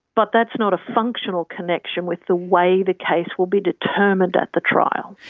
but that's not a functional connection with the way the case will be determined at the trial.